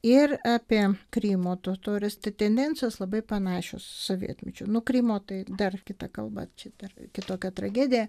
ir apie krymo totorius tai tendencijos labai panašios sovietmečiu nuo krymo tai dar kita kalba čia dar kitokia tragedija